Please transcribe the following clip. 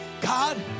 God